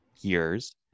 years